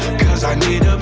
cause i need